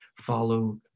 follow